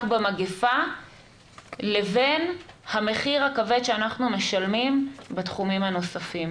במגפה לבין המחיר הכבד שאנחנו משלמים בתחומים הנוספים.